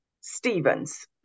Stevens